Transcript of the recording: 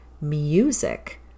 music